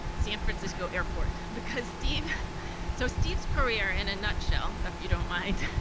san francisco airport, because steve so steve's career in a nutshell, if you don't mind,